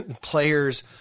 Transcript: Players